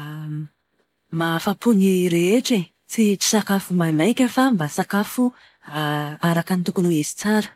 mahafa-po ny rehetra e. Tsy sakafo maimaika fa mba sakafo araka ny tokony ho izy tsara.